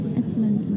excellent